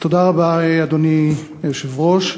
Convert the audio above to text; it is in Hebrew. אדוני היושב-ראש,